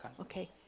Okay